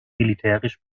militärisch